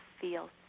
feel